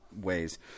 ways